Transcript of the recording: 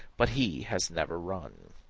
but he has never run.